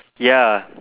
ya